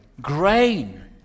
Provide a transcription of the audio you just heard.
grain